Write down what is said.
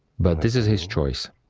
but this is his choice.